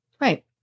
Right